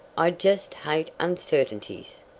i just hate uncertainties.